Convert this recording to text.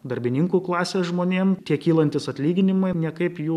darbininkų klasės žmonėm tie kylantys atlyginimai niekaip jų